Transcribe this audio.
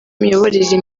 imiyoborere